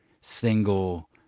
single